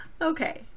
Okay